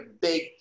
big